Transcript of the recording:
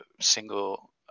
single